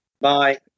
Bye